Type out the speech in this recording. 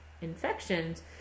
infections